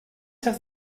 have